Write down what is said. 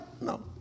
no